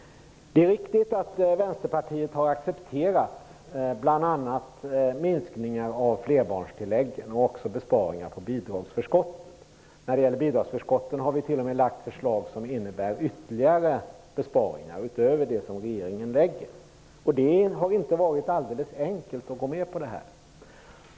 Det är riktigt att Vänsterpartiet har accepterat bl.a. minskningar av flerbarnstilläggen samt också besparingar på bidragsförskotten. När det gäller bidragsförskotten har vi t.o.m. lagt fram förslag som innebär ytterligare besparingar utöver regeringens förslag. Det har inte varit alldeles enkelt att gå med på detta.